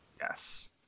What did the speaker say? Yes